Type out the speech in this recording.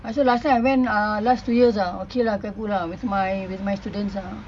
so last time I went last two years ah okay lah quite cool lah with my with my students ah